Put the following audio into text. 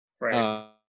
Right